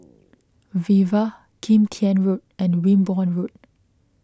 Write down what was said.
Viva Kim Tian Road and Wimborne Road